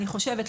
אני חושבת,